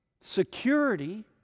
security